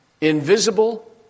invisible